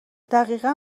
دقیقا